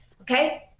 okay